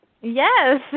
yes